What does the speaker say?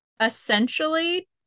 essentially